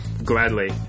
Gladly